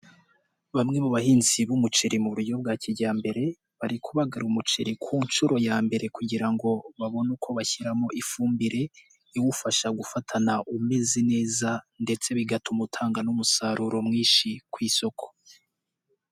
Bamwe mu bahinzi b'umuceri mu buryo bwa kijyambere bari kubagara umuceri ku nshuro ya mbere kugira ngo babone uko bashyiramo ifumbire iwufasha gufatana umeze neza ndetse bigatuma utanga n'umusaruro mwinshi ku isoko.